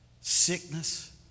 sickness